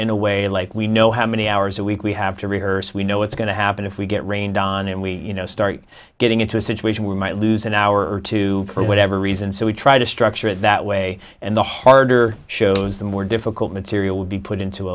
in a way like we know how many hours a week we have to rehearse we know what's going to happen if we get rained on and we you know start getting into a situation we might lose an hour or two for whatever reason so we try to structure it that way and the harder shows the more difficult material will be put into